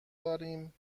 داریم